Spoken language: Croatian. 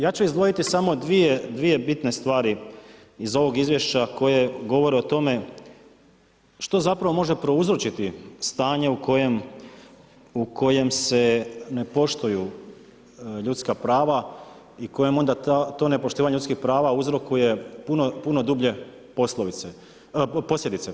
Ja ću izdvojiti samo dvije bitne stvari iz ovog izvješća koje govore o tome što može prouzročiti stanje u kojem se ne poštuju ljudska prava i kojem onda to nepoštivanje ljudskih prava uzrokuje puno dublje posljedice.